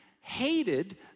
hated